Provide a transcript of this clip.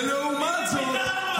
ולעומת זאת,